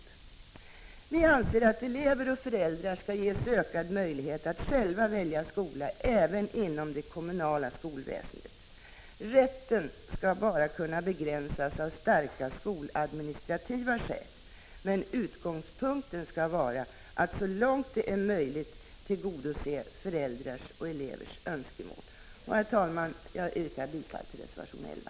Vi moderater anser att elever och föräldrar skall ges ökade möjligheter att själva välja skola även inom det kommunala skolväsendet. Rätten skall kunna begränsas endast av starka skoladministrativa skäl. Utgångspunkten skall vara att så långt det är möjligt tillgodose föräldrars och elevers önskemål. Herr talman! Jag yrkar bifall till reservation 11.